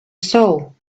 soul